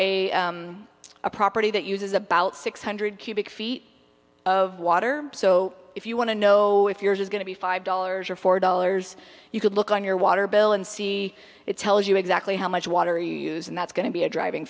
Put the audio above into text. a property that uses about six hundred cubic feet of water so if you want to know if yours is going to be five dollars or four dollars you could look on your water bill and see it tells you exactly how much water you use and that's going to be a driving